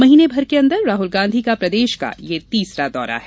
महीने भर के अंदर राहल गांधी का प्रदेश का यह तीसरा दौरा है